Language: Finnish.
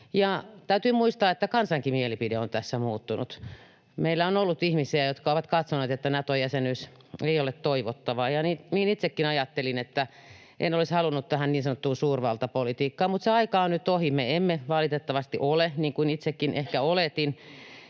Täytyy muistaa, että kansankin mielipide on tässä muuttunut. Meillä on ollut ihmisiä, jotka ovat katsoneet, että Nato-jäsenyys ei ole toivottavaa, ja niin itsekin ajattelin: en olisi halunnut tähän niin sanottuun suurvaltapolitiikkaan, mutta se aika on nyt ohi. Me emme valitettavasti ole, niin kuin itsekin ehkä oletin,